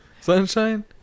Sunshine